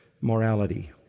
morality